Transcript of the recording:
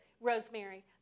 Rosemary